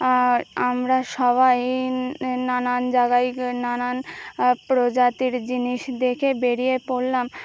আমরা সবাই নানান জায়গায় নানান প্রজাতির জিনিস দেখে বেরিয়ে পড়লাম